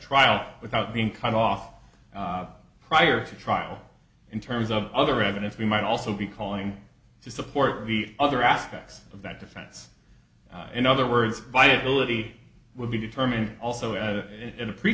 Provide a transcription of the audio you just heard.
trial without being cut off prior to trial in terms of other evidence we might also be calling to support the other aspects of that defense in other words viability will be determined also as in the pre